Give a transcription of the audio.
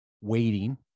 waiting